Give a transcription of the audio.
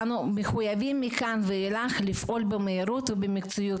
ואנו מחויבים מכאן ואילך לפעול במהירות ובמקצועיות